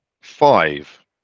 five